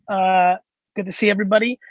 ah good to see everybody.